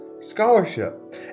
scholarship